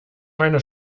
meine